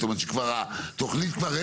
זאת אומרת שהתוכנית כבר,